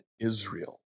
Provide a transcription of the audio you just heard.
Israel